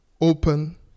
open